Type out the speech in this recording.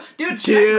dude